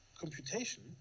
computation